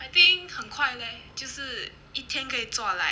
I think 很快 leh 就是一天可以做 like